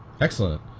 Excellent